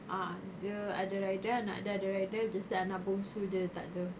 ah dia ada rider anak dia ada rider just anak bongsu dia takde